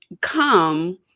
come